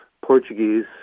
Portuguese